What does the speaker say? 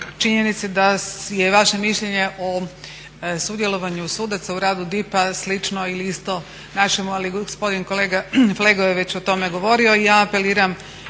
činjenici da je vaše mišljenje o sudjelovanju sudaca u radu DIP-a slično ili isto našemu ali gospodin kolega Flego je već o tome govorio i ja apeliram